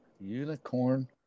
Unicorn